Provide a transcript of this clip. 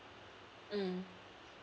mm